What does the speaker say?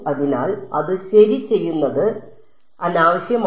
അതിനാൽ അത് ശരി ചെയ്യുന്നത് അനാവശ്യമാണ്